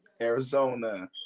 Arizona